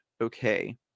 Okay